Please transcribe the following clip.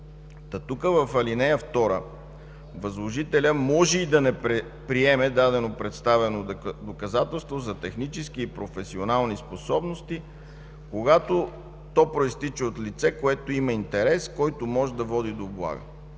В ал. 2 – „Възложителят може и да не приеме дадено представено доказателство за технически и професионални способности, когато то произтича от лице, което има интерес, който може да води до облага”